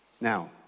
Now